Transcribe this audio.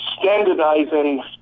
standardizing